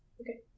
Okay